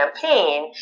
campaign